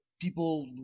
people